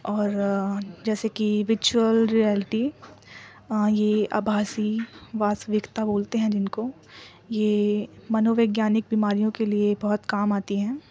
اور جیسے کہ ورچول ریالٹی ہاں یہ ابھاسی واستوکتا بولتے ہیں جن کو یہ منو وگیانک بیماریوں کے لیے بہت کام آتی ہیں